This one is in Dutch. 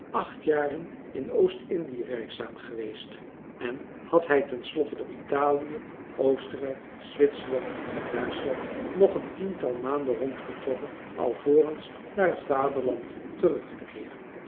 acht jaren in oost-indië werkzaam geweest en had hij ten slotte door italië oostenrijk zwitserland en duitschland nog een tiental maanden rondgetrokken alvorens naar het vaderland terugtekeeren